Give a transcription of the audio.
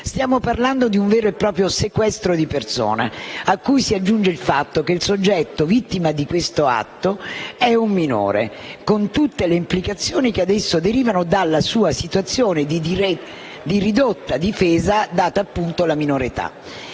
Stiamo parlando di un vero e proprio sequestro di persona, a cui si aggiunge il fatto che il soggetto vittima di questo atto è un minore, con tutte le implicazioni che ad esso derivano dalla sua situazione di ridotta difesa data appunto la minore età.